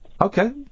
Okay